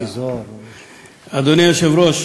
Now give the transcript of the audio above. אדוני היושב-ראש,